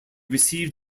received